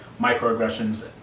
microaggressions